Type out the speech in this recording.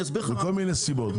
מכל מיני סיבות,